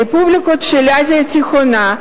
רפובליקות של אסיה התיכונה,